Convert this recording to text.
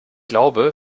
glaube